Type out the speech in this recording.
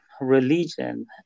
religion